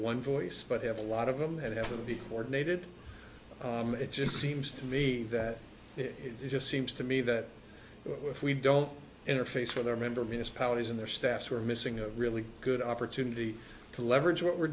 one voice but have a lot of them have to be ordinated it just seems to me that it just seems to me that if we don't interface with our member municipalities and their staffs were missing a really good opportunity to leverage what we're